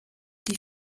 die